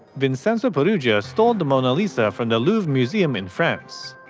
vincenzo peruggia stole the mona lisa from the louvre museum in france.